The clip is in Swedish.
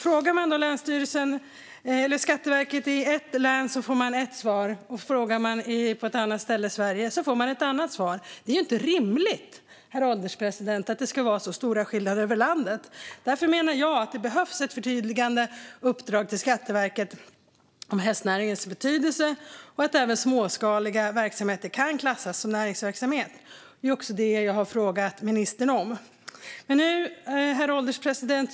Frågar man Skatteverket i ett län får man ett svar. Frågar man på ett annat ställe i Sverige får man ett annat svar. Det är inte rimligt, herr ålderspresident, att det ska vara så stora skillnader över landet. Därför menar jag att det behövs ett förtydligande uppdrag till Skatteverket om hästnäringens betydelse och om att även småskaliga verksamheter kan klassas som näringsverksamhet. Det är också det jag har frågat ministern om. Herr ålderspresident!